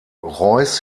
reuß